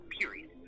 period